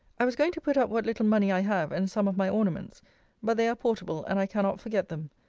i was going to put up what little money i have, and some of my ornaments but they are portable, and i cannot forget them.